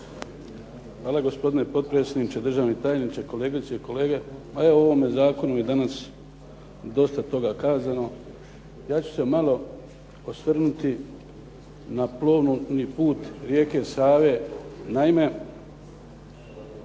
Hvala. Gospodine potpredsjedniče, državni tajniče, kolegice i kolege. Pa evo o ovome zakonu je dosta toga kazano. Ja ću se malo osvrnuti na plovni put rijeke Save. Naime,